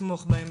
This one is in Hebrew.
לתמוך בהם.